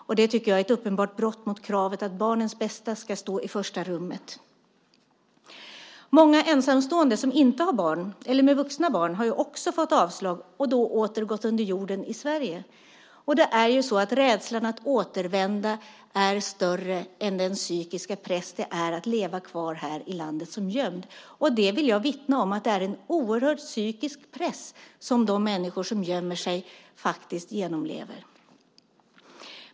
Jag tycker att det är ett uppenbart brott mot kravet att barnens bästa ska stå i första rummet. Många ensamstående som inte har barn, eller med vuxna barn, har också fått avslag och då åter gått under jorden i Sverige. Rädslan att återvända är större än den psykiska press det är att leva kvar här i landet som gömd. Jag vill vittna om att det är en oerhörd psykisk press som de människor som gömmer sig genomlever.